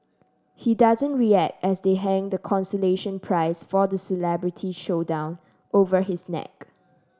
he doesn't react as they hang the consolation prize for the celebrity showdown over his neck